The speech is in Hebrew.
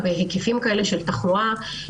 בהיקפים כאלה של תחלואה,